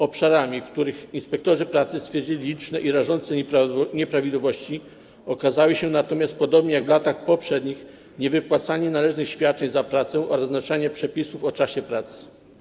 Obszarami, w których inspektorzy pracy stwierdzili liczne i rażące nieprawidłowości, okazały się natomiast, podobnie jak w latach poprzednich, niewypłacanie należnych świadczeń za pracę oraz naruszenia przepisów o czasie pracy.